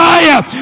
Fire